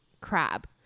crab